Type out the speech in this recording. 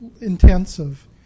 intensive